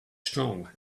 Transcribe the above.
strong